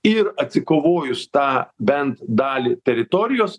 ir atsikovojus tą bent dalį teritorijos